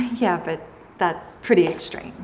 yeah, but that's pretty extreme.